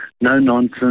no-nonsense